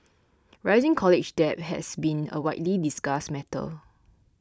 rising college debt has been a widely discussed matter